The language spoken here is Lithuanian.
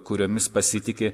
kuriomis pasitiki